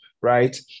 right